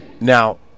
Now